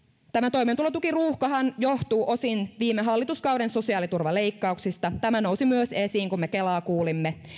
toimeentulotukiruuhkahan johtuu osin viime hallituskauden sosiaaliturvaleikkauksista tämä nousi myös esiin kun me kelaa kuulimme